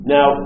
Now